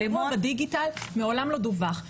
האירוע בדיגיטל מעולם לא דווח.